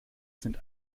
sind